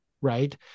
right